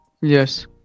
Yes